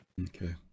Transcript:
Okay